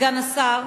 סגן השר,